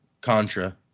Contra